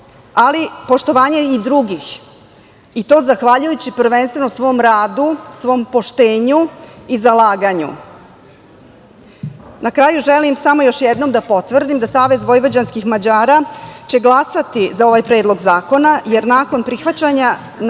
ali poštovanje i drugih i to zahvaljujući prvenstveno svom radu, svom poštenju i zalaganju. Na kraju, želim samo još jednom da potvrdim da Savez vojvođanskih Mađara će glasati za ovaj Predlog zakona, jer nakon prihvatanja amandmana,